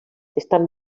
estan